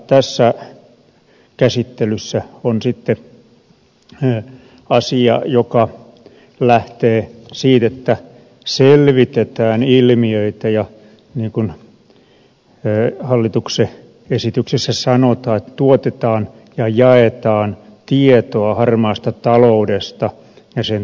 tässä käsittelyssä on sitten asia joka lähtee siitä että selvitetään ilmiöitä ja niin kuin hallituksen esityksessä sanotaan tuotetaan ja jaetaan tietoa harmaasta taloudesta ja sen torjunnasta